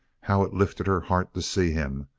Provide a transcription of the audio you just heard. how it lifted her heart to see him.